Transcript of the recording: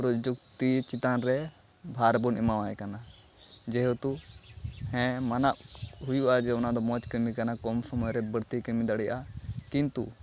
ᱯᱨᱚᱡᱩᱠᱛᱤ ᱪᱮᱛᱟᱱᱨᱮ ᱵᱷᱟᱨᱵᱚᱱ ᱮᱢᱟᱣᱟᱭ ᱠᱟᱱᱟ ᱡᱮᱦᱮᱛᱩ ᱦᱮᱸ ᱢᱟᱱᱟᱣ ᱦᱩᱭᱩᱜᱼᱟ ᱡᱮ ᱚᱱᱟᱫᱚ ᱢᱚᱡᱽ ᱠᱟᱹᱢᱤ ᱠᱟᱱᱟ ᱠᱚᱢ ᱥᱚᱢᱚᱭᱨᱮ ᱵᱟᱹᱲᱛᱤᱭ ᱠᱟᱹᱢᱤ ᱫᱟᱲᱮᱭᱟᱜᱼᱟ ᱠᱤᱱᱛᱩ